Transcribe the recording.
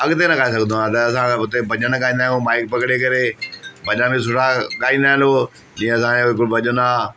अॻिते न ॻाए सघंदो आहियां त असां उते भॼन गाईंदा आहियूं माइक पकिड़े करे भॼन सुठा गाईंदा आहिनि उहे जीअं असांजो हिकु भॼनु आहे